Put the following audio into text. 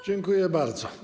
Dziękuję bardzo.